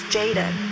Jaden